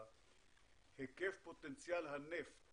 היקף פוטנציאל הנפט